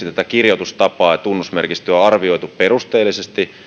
tätä kirjoitustapaa ja tunnusmerkistöä on vuonna kaksituhattaneljätoista viimeksi arvioitu perusteellisesti